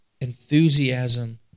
enthusiasm